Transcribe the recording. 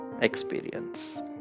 experience